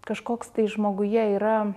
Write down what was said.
kažkoks tai žmoguje yra